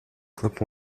clip